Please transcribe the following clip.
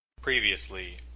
Previously